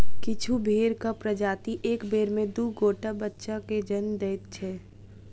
किछु भेंड़क प्रजाति एक बेर मे दू गोट बच्चा के जन्म दैत छै